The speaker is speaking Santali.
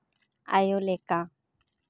ᱟᱭᱳ ᱞᱮᱠᱟ